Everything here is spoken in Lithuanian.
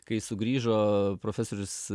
kai sugrįžo profesorius